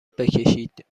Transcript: بکشید